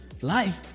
Life